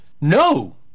No